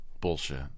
Bullshit